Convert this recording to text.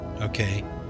okay